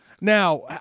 Now